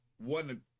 One